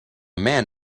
man